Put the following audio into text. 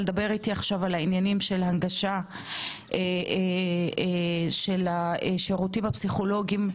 דבר איתי על ההנגשה של השירותים הפסיכולוגיים.